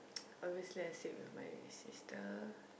obviously I sleep with my sister